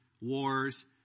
wars